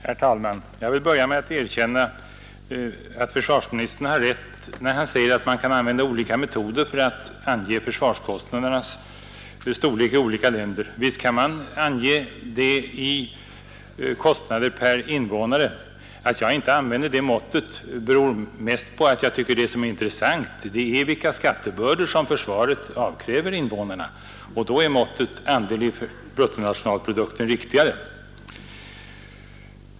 Herr talman! Jag vill börja med att erkänna att försvarsministern har rätt, när han säger att man kan använda olika metoder för att ange försvarskostnadernas storlek i olika länder. Visst kan man ange dem i kostnader per invånare. Att jag inte använder det måttet beror mest på att jag menar att vad som är intressant är vilka skattebördor som försvaret lägger på invånarna. Då är måttet andel i bruttonationalprodukten riktigare.